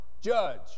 judge